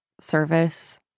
service